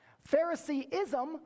Phariseeism